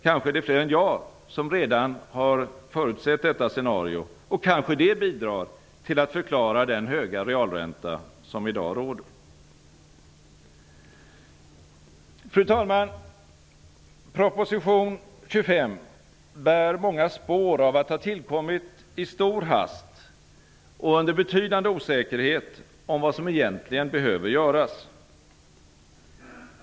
Kanske är det fler än jag som redan har förutsett detta scenario, och kanske det bidrar till att förklara den höga realränta som i dag råder. Fru talman! Proposition 25 bär många spår av att ha tillkommit i stor hast och under betydande osäkerhet om vad som egentligen behöver göras.